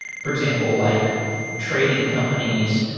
for example, like trading companies,